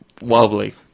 wobbly